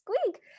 squeak